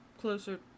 closer